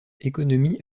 économie